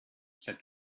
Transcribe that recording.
said